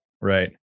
Right